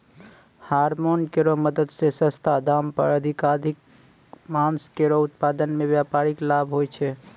hormone केरो मदद सें सस्ता दाम पर अधिकाधिक मांस केरो उत्पादन सें व्यापारिक लाभ होय छै